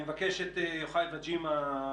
אני מבקש את יוחאי וג'ימה,